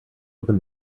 open